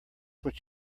what